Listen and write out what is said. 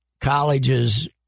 colleges